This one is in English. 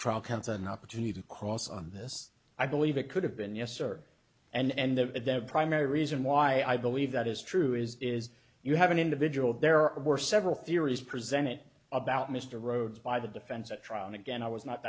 trial counts an opportunity to cross on this i believe it could have been yes sir and the primary reason why i believe that is true is is you have an individual there were several theories presented about mr rhodes by the defense at trial and again i was not